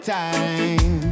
time